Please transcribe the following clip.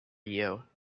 you